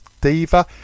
Diva